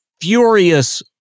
furious